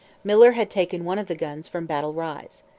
miller had taken one of the guns from battle rise.